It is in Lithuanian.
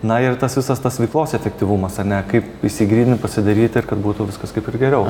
na ir tas visas tas veiklos efektyvumas ane kaip išsigrynint pasidaryt ir kad būtų viskas kaip ir geriau